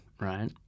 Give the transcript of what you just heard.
Right